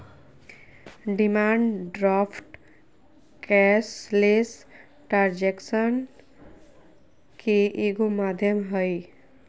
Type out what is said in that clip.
demand draft cashless ट्रांजेक्शनन के एगो माध्यम हइ